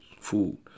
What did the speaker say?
food